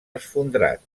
esfondrat